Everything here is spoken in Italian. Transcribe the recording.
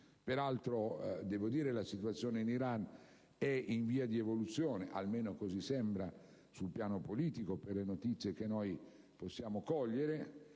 Peraltro, devo dire che la situazione in Iran è in via di evoluzione, almeno così sembra, sul piano politico, per le notizie che possiamo cogliere.